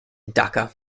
dhaka